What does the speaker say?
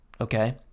Okay